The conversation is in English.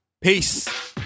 Peace